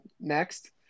next